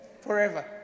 Forever